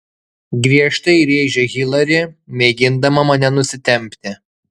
griežtai rėžia hilari mėgindama mane nusitempti